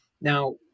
Now